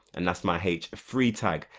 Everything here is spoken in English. and that's my h three tag.